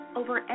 over